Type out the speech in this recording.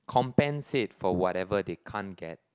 compensate for what ever they can't get